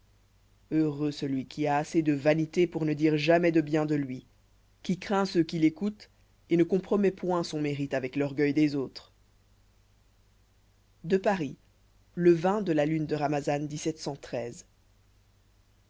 heureux celui qui a assez de vanité pour ne dire jamais de bien de lui qui craint ceux qui l'écoutent et ne compromet point son mérite avec l'orgueil des autres à paris le de la lune de rhamazan